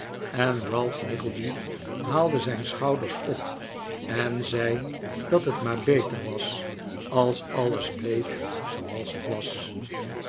en ralph nickleby haalde zijn schouders op en zei dat het maar beter was als alles bleef zooals het was